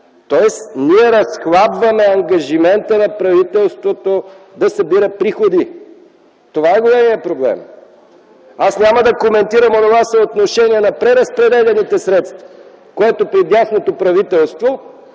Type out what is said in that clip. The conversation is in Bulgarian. Тоест, ние разхлабваме ангажимента на правителството да събира приходи. Това е големият проблем. Аз няма да коментирам онова съотношение на преразпределяните средства, което при дясното правителство